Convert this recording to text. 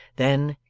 then,